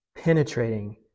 penetrating